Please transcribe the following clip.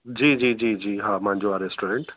जी जी जी जी हा मुंहिंजो आहे रेस्टोरेंट